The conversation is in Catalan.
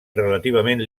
relativament